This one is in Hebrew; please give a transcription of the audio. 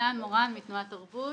מורן מתנועת תרבות.